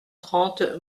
trente